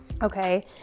Okay